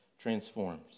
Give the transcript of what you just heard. transformed